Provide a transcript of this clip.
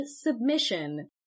submission